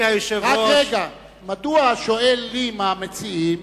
מדוע, שואלים המציעים,